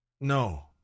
no